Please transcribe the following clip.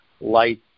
light